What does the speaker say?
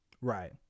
right